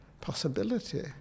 possibility